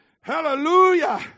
Hallelujah